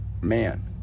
man